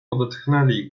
odetchnęli